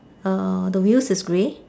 err the wheels is grey